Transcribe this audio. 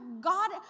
God